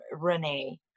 renee